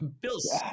Bill's